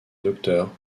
docteur